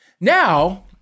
now